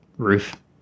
roof